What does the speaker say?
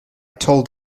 told